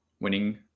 winning